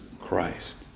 Christ